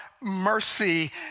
mercy